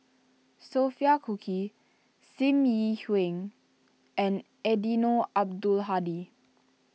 Sophia Cooke Sim Yi Hui and Eddino Abdul Hadi